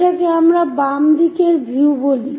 এটাকে আমরা বাম দিকের ভিউ বলি